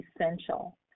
essential